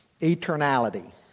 eternality